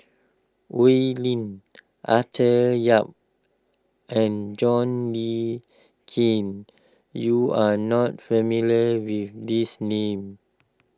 Oi Lin Arthur Yap and John Le Cain you are not familiar with these names